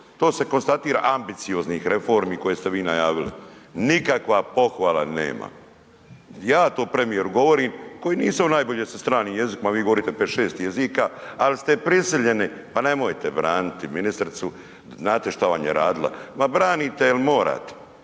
to je to, ambicioznih reformi koje ste vi najavili. Nikakva pohvala nema, ja to premijeru govorim koji nisam najbolje sa stranim jezikima, vi govorite pet, šest jezika ali ste prisiljeni, pa nemojte braniti ministricu, znate šta vam je radila. Branite je jel morate,